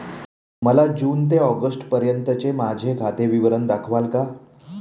मला जून ते ऑगस्टपर्यंतचे माझे खाते विवरण दाखवाल का?